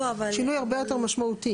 זה שינוי הרבה יותר משמעותי.